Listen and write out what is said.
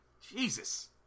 Jesus